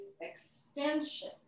extension